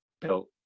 built